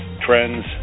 trends